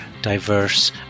diverse